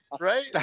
right